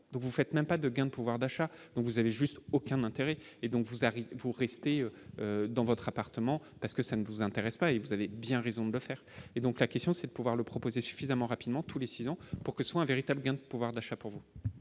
vous faites même pas de gains de pouvoir d'achat, donc vous avez juste aucun intérêt et donc vous arrive vous rester dans votre appartement, parce que ça ne vous intéresse pas, et vous avez bien raison de le faire et donc la question c'est de pouvoir le proposer suffisamment rapidement tous les 6 ans pour que soit un véritable gain de pouvoir d'achat pour vous.